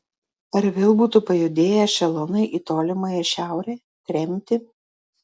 ar vėl būtų pajudėję ešelonai į tolimąją šiaurę tremtį